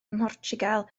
mhortiwgal